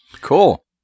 Cool